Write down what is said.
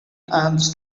alms